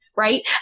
right